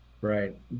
Right